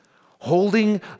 holding